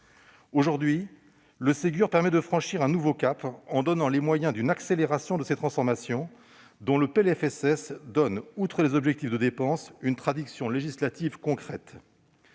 Aujourd'hui, le Ségur permet de franchir un nouveau cap en donnant les moyens d'une accélération de ces transformations dont le PLFSS donne, outre les objectifs de dépenses, une traduction législative concrète.